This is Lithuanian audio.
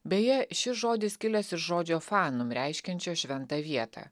beje šis žodis kilęs iš žodžio fanum reiškiančio šventą vietą